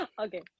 Okay